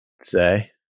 say